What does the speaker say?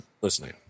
listening